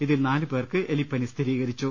ഇതിൽ നാല് പേർക്ക് എലിപ്പനി സ്ഥിരീകരിച്ചു